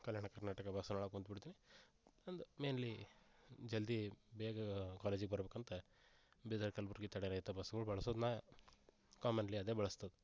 ಕಲ್ಯಾಣ Karnataka bus ಒಳಗೆ ಕೂತ್ಬುಡ್ತಿನಿ ನಂದು ಮೈನ್ಲಿ ಜಲ್ದಿ ಬೇಗ ಕಾಲೇಜಿಗೆ ಬರಬೇಕಂತ ಬೀದರ್ ಕಲ್ಬುರ್ಗಿ ತಡೆ ರಹಿತ ಬಸ್ಗಳು ಬಳ್ಸೋದು ನಾ ಕಾಮನ್ಲಿ ಅದೇ ಬಳ್ಸೋದ್